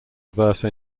reverse